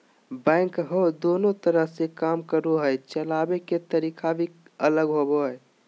backhoe दोनों तरह से काम करो हइ, चलाबे के तरीका भी अलग होबो हइ